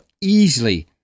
easily